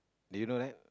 did you know that